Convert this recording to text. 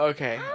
Okay